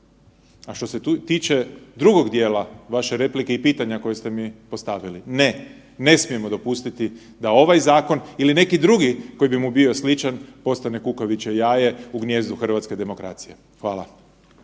A što se tiče drugog dijela vaše replike i pitanja koje ste mi postavili. Ne, ne smijemo dopustiti da ovaj zakon ili neki drugi koji bi mu bio sličan postane kukavičje jaje u gnijezdu hrvatske demokracije. Hvala.